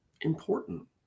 important